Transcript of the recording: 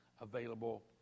available